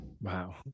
Wow